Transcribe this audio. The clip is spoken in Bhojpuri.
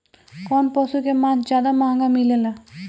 कौन पशु के मांस ज्यादा महंगा मिलेला?